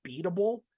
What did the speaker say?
beatable